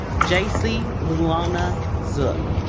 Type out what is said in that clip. jaci leona zook